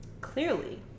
clearly